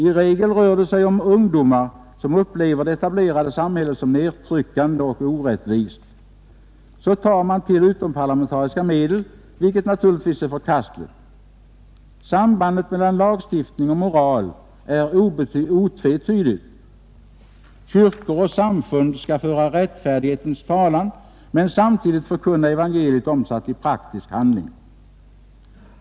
I regel rör det sig om ungdomar som upplever det etablerade samhället som nedtryckande och orättvist. Så tar man till utomparlamentariska medel, vilket naturligtvis är förkastligt. Sambandet mellan lagstiftning och moral är otvetydigt. Kyrkor och samfund skall föra rättfärdighetens talan men samtidigt förkunna evangeliet, omsatt i praktisk handling.